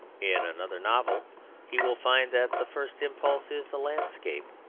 in another novel he will find that the first impulse is a landscape,